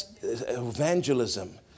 evangelism